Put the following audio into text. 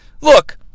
look